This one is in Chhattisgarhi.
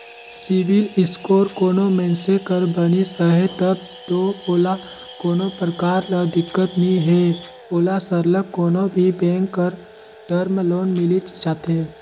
सिविल इस्कोर कोनो मइनसे कर बनिस अहे तब दो ओला कोनो परकार कर दिक्कत नी हे ओला सरलग कोनो भी बेंक कर टर्म लोन मिलिच जाथे